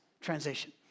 transition